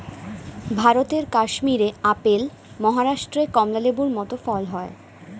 ভারতের কাশ্মীরে আপেল, মহারাষ্ট্রে কমলা লেবুর মত ফল হয়